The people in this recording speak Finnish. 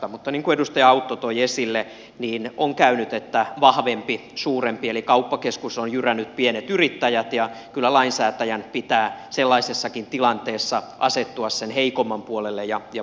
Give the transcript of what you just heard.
mutta niin kuin edustaja autto toi esille on käynyt niin että vahvempi suurempi eli kauppakeskus on jyrännyt pienet yrittäjät ja kyllä lainsäätäjän pitää sellaisessakin tilanteessa asettua sen heikomman puolelle ja puolustaa näin